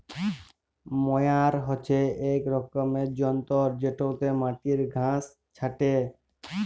ময়ার হছে ইক রকমের যল্তর যেটতে মাটির ঘাঁস ছাঁটে